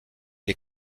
les